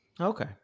Okay